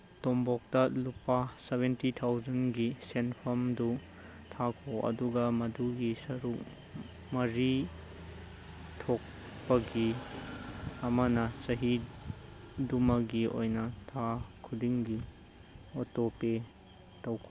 ꯇꯣꯝꯄꯣꯛꯇ ꯂꯨꯄꯥ ꯁꯕꯦꯟꯇꯤ ꯊꯥꯎꯖꯟꯒꯤ ꯁꯦꯟꯐꯝꯗꯨ ꯊꯥꯈꯣ ꯑꯗꯨꯒ ꯃꯗꯨꯒꯤ ꯁꯔꯨꯛ ꯃꯔꯤ ꯊꯣꯛꯄꯒꯤ ꯑꯃꯅ ꯆꯍꯤ ꯑꯗꯨꯃꯒꯤ ꯑꯣꯏꯅ ꯊꯥ ꯈꯨꯗꯤꯡꯒꯤ ꯑꯣꯇꯣ ꯄꯦ ꯇꯧꯈꯣ